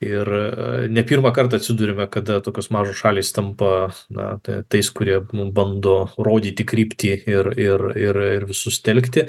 ir ne pirmą kartą atsiduriame kada tokios mažos šalys tampa na tai tais kurie bando rodyti kryptį ir ir ir visus telkti